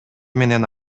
менен